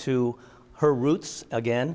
to her roots again